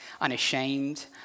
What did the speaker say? unashamed